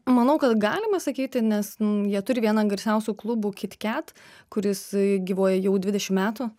manau kad galima sakyti nes jie turi vieną garsiausių klubų kit ket kuris gyvuoja jau dvidešim metų